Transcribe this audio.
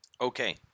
Okay